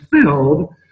filled